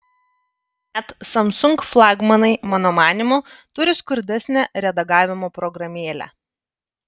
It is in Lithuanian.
net samsung flagmanai mano manymu turi skurdesnę redagavimo programėlę